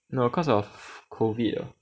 no cause of COVID ah